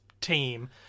team